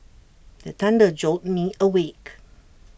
the thunder jolt me awake